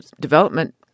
development